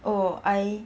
oh I